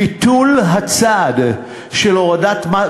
ביטול הצד של הורדת מס,